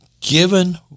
given